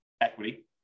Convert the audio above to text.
equity